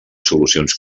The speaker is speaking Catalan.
solucions